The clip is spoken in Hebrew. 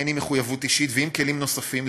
הן עם מחויבות אישית ועם כלים נוספים,